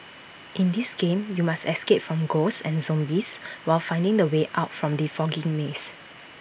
in this game you must escape from ghosts and zombies while finding the way out from the foggy maze